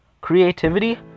creativity